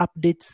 updates